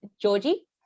Georgie